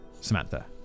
samantha